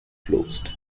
closed